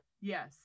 Yes